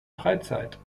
freizeit